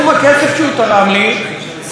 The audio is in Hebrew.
שרת התרבות לא זוכרת בדיוק,